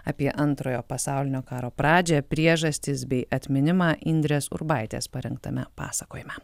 apie antrojo pasaulinio karo pradžią priežastis bei atminimą indrės urbaitės parengtame pasakojime